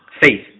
Faith